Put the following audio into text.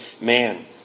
man